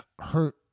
hurt